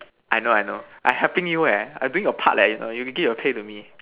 I know I know I helping you eh I doing your part leh you know you give your pay to me